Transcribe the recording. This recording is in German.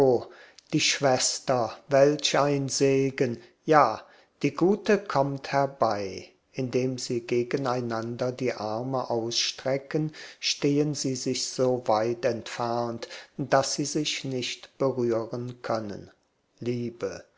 die schwester welch ein segen ja die gute kommt herbei indem sie gegeneinander die arme ausstrecken sehen sie sich so weit entfernt daß sie sich nicht berühren können liebe